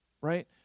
right